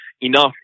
enough